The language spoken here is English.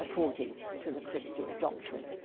according to the christian doctrine.